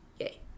Yay